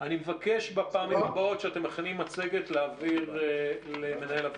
הוא התפקיד הבא: אנחנו, בשלב